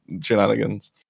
shenanigans